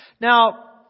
Now